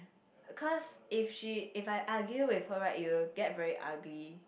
cause if she if I argue with her right it will get very ugly